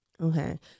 Okay